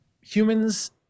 humans